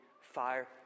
Fire